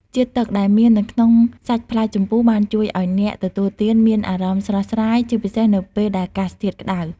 ជាតិទឹកដែលមាននៅក្នុងសាច់ផ្លែជម្ពូបានជួយឱ្យអ្នកទទួលទានមានអារម្មណ៍ស្រស់ស្រាយ ជាពិសេសនៅពេលដែលអាកាសធាតុក្ដៅ។